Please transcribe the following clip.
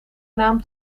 naam